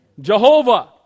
Jehovah